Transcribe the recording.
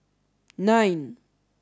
nine